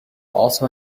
also